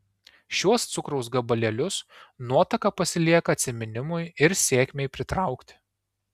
šiuos cukraus gabalėlius nuotaka pasilieka atsiminimui ir sėkmei pritraukti